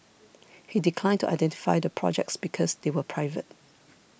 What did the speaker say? he declined to identify the projects because they were private